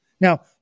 Now